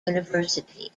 university